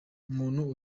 umuntu